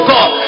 God